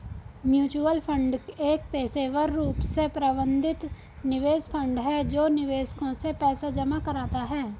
mutual fund एक पेशेवर रूप से प्रबंधित निवेश फंड है जो निवेशकों से पैसा जमा कराता है